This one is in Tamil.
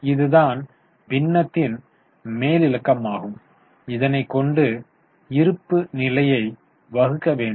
இதுதான் பின்னத்தின் மேலிலக்கமாகும் இதனை கொண்டு இருப்பு நிலையை வகுக்க வேண்டும்